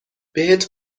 بهت